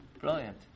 Brilliant